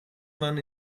man